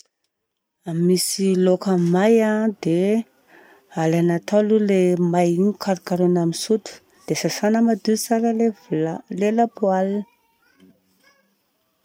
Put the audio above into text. Raha misy laoka may an, dia alaina tao aloha ilay may igny. Karokarohina amin'ny sotro, dia sasana madio tsara ilay vila- ilay lapoal.